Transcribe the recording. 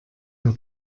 der